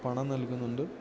പണം നൽകുന്നുണ്ട്